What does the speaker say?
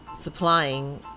supplying